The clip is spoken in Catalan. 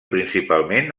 principalment